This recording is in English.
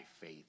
faith